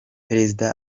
perezida